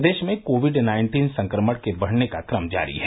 प्रदेश में covid nineteen संक्रमण के बढ़ने का क्रम जारी है